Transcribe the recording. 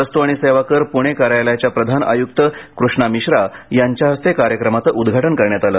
वस्तू आणि सेवा कर पुणे कार्यालयाच्या प्रधान आयुक्त कृष्णा मिश्रा यांच्या हस्ते कार्यक्रमाचे उदघाटन करण्यात आले